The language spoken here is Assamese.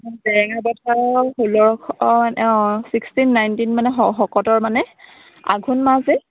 জেৰেঙা পথাৰ ষোল্লশ অঁ ছিক্সটিন নাইনটিন মানে শকতৰ মানে আঘোণ মাহ যে